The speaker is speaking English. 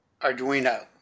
Arduino